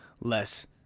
less